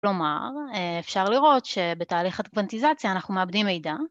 כלומר, אפשר לראות שבתהליך הקוונטיזציה אנחנו מאבדים מידע